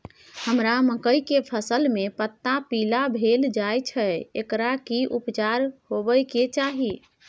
हमरा मकई के फसल में पता पीला भेल जाय छै एकर की उपचार होबय के चाही?